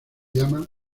llama